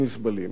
עשית זאת,